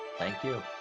thank you